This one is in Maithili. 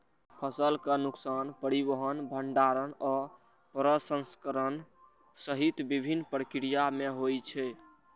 फसलक नुकसान परिवहन, भंंडारण आ प्रसंस्करण सहित विभिन्न प्रक्रिया मे होइ छै